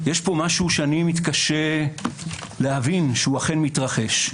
יש פה משהו שאני מתקשה להבין, שאכן מתרחש.